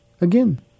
again